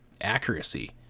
accuracy